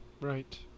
right